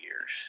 years